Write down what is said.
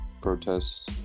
protests